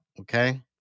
Okay